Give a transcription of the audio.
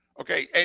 Okay